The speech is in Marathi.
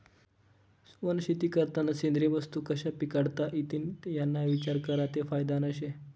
वनशेती करतांना सेंद्रिय वस्तू कशा पिकाडता इतीन याना इचार करा ते फायदानं शे